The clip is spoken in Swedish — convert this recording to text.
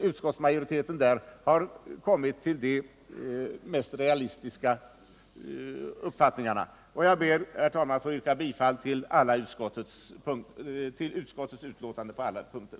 utskottsmajoriteten enligt min mening har anvisat de mest realistiska utvägarna. Jag ber, herr talman, att få yrka bifall till utskottets hemställan på alla punkter.